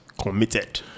committed